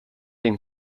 den